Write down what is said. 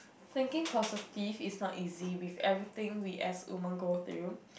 thinking positive is not easy with everything we as women go through